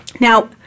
Now